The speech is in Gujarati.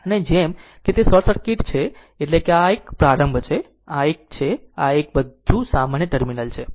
અને જેમ કે તે શોર્ટ સર્કિટ છે એટલે કે આ આ એક આ પ્રારંભ છે આ એક આ એક આ એક બધું એક સામાન્ય ટર્મિનલ છે